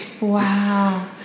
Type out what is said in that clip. Wow